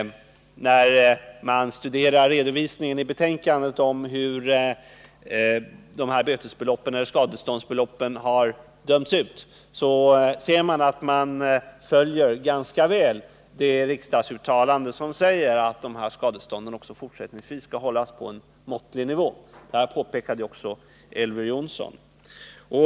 När man studerar redovisningen i betänkandet av hur bötesbeloppen eller skadeståndsbeloppen har dömts ut, ser man att det riksdagsuttalande följs ganska väl som sade att skadestånden också fortsättningsvis skulle hållas på en måttlig nivå. Detta påpekade också Elver Jonsson.